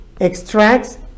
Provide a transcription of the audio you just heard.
extracts